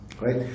right